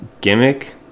gimmick